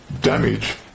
damage